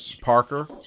Parker